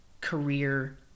career